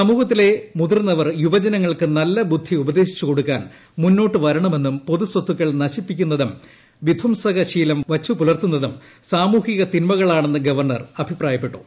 സമൂഹത്തിലെ മുതിർന്നവർ യുവജനങ്ങൾക്ക് നല്ല ബുദ്ധി ഉപദേശിച്ചുകൊടുക്കാൻ മുന്നോട്ട് വരണ മെന്നും പൊതു സ്വത്തുക്കൾ നശിപ്പിക്കുന്നതും വിധംസകശീലം വച്ചുപുലർത്തുന്നതും സാമൂഹിക് തിന്മകളാ ണെന്ന് ഗവർണർ അഭിപ്രായപ്പെട്ടു